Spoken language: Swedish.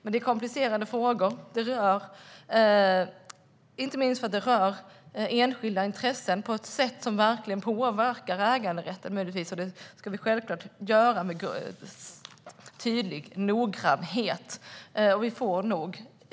Det är komplicerade frågor, inte minst för att det rör enskilda intressen på ett sätt som verkligen påverkar äganderätten.